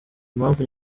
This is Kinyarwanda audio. impamvu